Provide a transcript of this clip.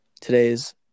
Today's